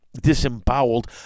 disemboweled